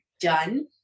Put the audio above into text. done